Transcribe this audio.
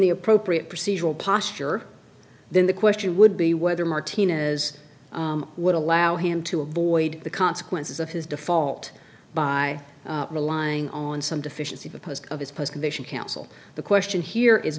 the appropriate procedural posture then the question would be whether martinez would allow him to avoid the consequences of his default by relying on some deficiency the post of his presentation counsel the question here is